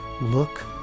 Look